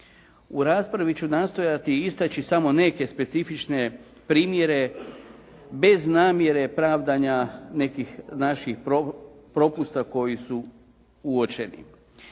U raspravi ću nastojati istaći samo neke specifične primjere bez namjere pravdanja nekih naših propusta koji su uočeni.